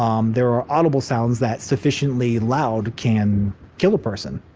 um there are audible sounds that, sufficiently loud, can kill a person.